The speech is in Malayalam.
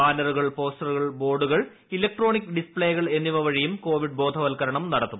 ബാനറുകൾ പോസ്റ്ററുകൾ ബോർഡുകൾ ഇലക്ട്രോണിക് ഡിസ്പ്ലേകൾ എന്നിവ വഴിയും കോവിഡ് ബോധവൽക്കരണം നടത്തും